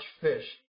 fish